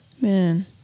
Man